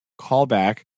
callback